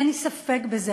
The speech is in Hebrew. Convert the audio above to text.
אין לי ספק בזה.